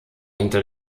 hinter